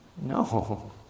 no